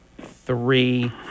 three